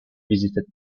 visited